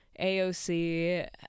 AOC